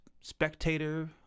spectator